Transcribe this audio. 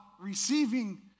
receiving